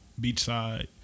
beachside